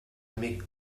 amic